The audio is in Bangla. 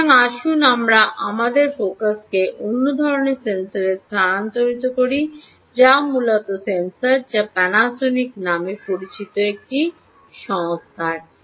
সুতরাং আসুন আমরা আমাদের ফোকাসকে অন্য ধরণের সেন্সরটিতে স্থানান্তর করি যা মূলত সেন্সর যা প্যানাসনিক নামে পরিচিত একটি সংস্থার